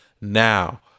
Now